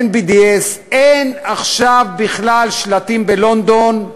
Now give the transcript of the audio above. אין BDS, אין עכשיו בכלל שלטים בלונדון.